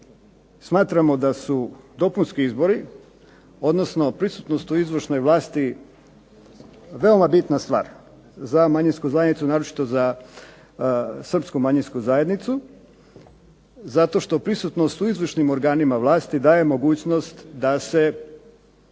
Smatramo da su dopunski izbori, odnosno prisutnost u izvršnoj vlasti veoma bitna stvar za manjinsku zajednicu, naročito za srpsku manjinsku zajednicu, zato što prisutnost u izvršnim organima vlasti daje mogućnost da se